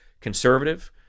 conservative